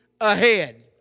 ahead